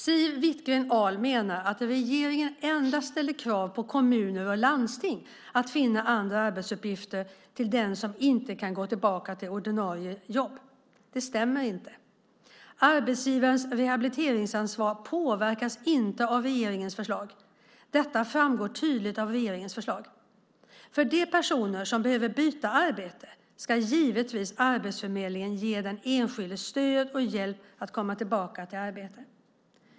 Siw Wittgren-Ahl menar att regeringen endast ställer krav på kommuner och landsting att finna andra arbetsuppgifter till den som inte kan gå tillbaka till sitt ordinarie jobb. Detta stämmer inte. Arbetsgivarens rehabiliteringsansvar påverkas inte av regeringens förslag. Detta framgår tydligt av regeringens förslag. För de personer som behöver byta arbete ska givetvis Arbetsförmedlingen ge den enskilde stöd och hjälp att komma tillbaka i arbete.